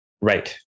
right